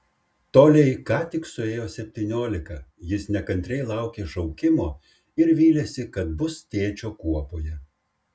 toliai ką tik suėjo septyniolika jis nekantriai laukė šaukimo ir vylėsi kad bus tėčio kuopoje